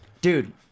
Dude